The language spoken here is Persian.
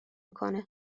میکنه